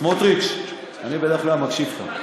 סמוטריץ, אני בדרך כלל מקשיב לך.